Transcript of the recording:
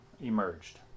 emerged